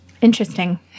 Interesting